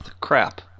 crap